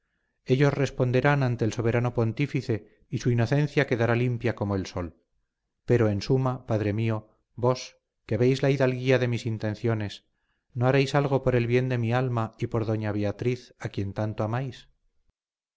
ellos responderán ante el soberano pontífice y su inocencia quedará limpia como el sol pero en suma padre mío vos que veis la hidalguía de mis intenciones no haréis algo por el bien de mi alma y por doña beatriz a quien tanto